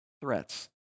threats